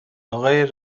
آقای